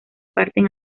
parten